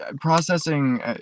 processing